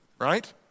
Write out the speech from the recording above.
right